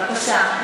בבקשה.